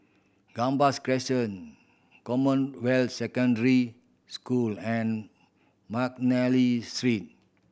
Gambas Crescent Commonwealth Secondary School and McNally Street